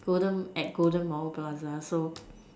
golden at golden Mall Plaza so